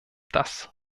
das